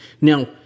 Now